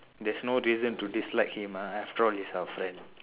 that's no reason to dislike him ah after all he's our friend